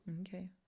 Okay